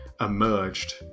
emerged